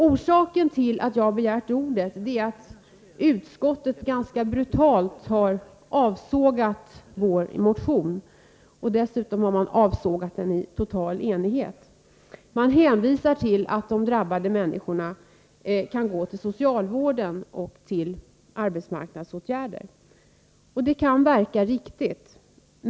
Orsaken till att jag har begärt ordet är att utskottet ganska brutalt avsågat vår motion — och dessutom avsågat den i total enighet. Man hänvisar de drabbade människorna till socialvården och till arbetsmarknadsåtgärder. Det kan verka riktigt.